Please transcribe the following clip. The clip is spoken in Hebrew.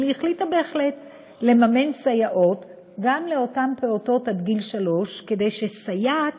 והיא החליטה בהחלט לממן סייעות גם לאותן פעוטות עד גיל שלוש כדי שסייעת